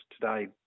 today